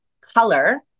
color